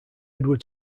edward